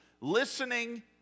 Listening